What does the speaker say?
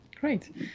Great